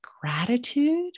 gratitude